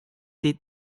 did